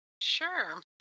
Sure